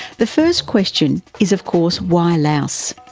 the first question is of course why laos.